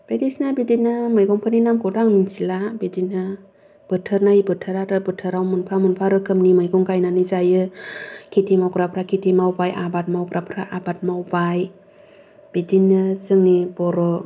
बायदिसिना बिदिनो मैगंफोरनि नामखौथ' आं मिन्थिला बिदिनो बोथोर नायै बोथोर आरो बोथोराव मोनफा मोनफा रोखोमनि मैगं गायनानै जायो खेथि मावग्राफोरा खेथि मावबाय आबाद मावग्राफोरा आबाद मावबाय बिदिनो जोंनि बर'